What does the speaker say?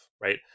right